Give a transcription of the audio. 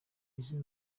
izina